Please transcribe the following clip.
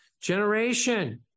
generation